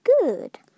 good